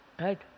Right